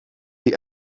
die